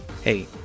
Hey